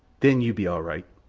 then you be all right.